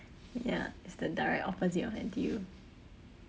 ya it's the direct opposite of N_T_U